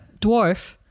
dwarf